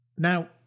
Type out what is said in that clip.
Now